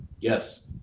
Yes